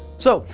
so,